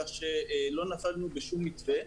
כך שלא נפלנו בשום מתווה.